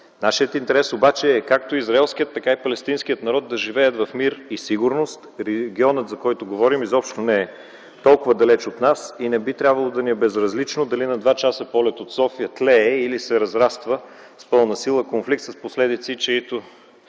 Нашият интерес обаче е както израелският, така и палестинският народ да живеят в мир и сигурност. Регионът, за който говорим, изобщо не е толкова далеч от нас и не би трябвало да ни е безразлично дали на два часа полет от София тлее или се разраства с пълна сила конфликт с последици, които